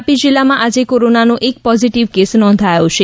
તાપી જિલ્લામાં આજે કોરોનાનો એક પોઝિટિવ એક કેસ નોંધાયો છે